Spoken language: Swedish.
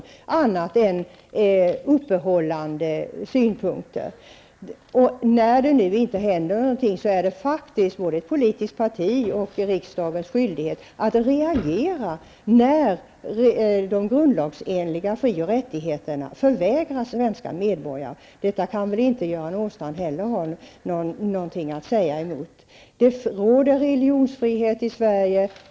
Det har bara förekommit synpunkter av typen uppehållande svar. Då det nu inte händer någonting på det här området är det faktiskt en skyldighet både för de politiska partierna och för riksdagen att reagera när svenska medborgare förvägras sina grundlagsenliga fri och rättigheter. Göran Åstrand kan väl inte ha något att invända i det avseendet. Det råder ju religionsfrihet i Sverige.